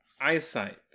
eyesight